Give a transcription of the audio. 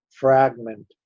Fragment